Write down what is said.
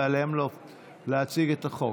ועליהם להציג את החוק.